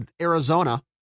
Arizona